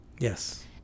Yes